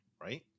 right